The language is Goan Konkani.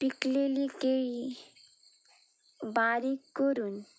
पिकलेली केळी बारीक करून